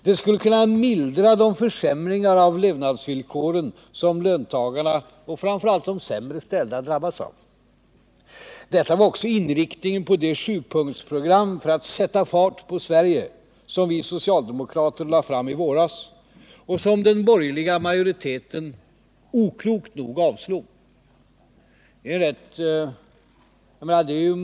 De skulle kunna mildra de försämringar av levnadsvillkoren som löntagarna och framför allt de sämre ställda drabbats av. Detta var också inriktningen på det sjupunktsprogram för att sätta fart på Sverige som vi socialdemokrater lade fram i våras och som den borgerliga majoriteten oklokt nog avslog.